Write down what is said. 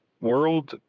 world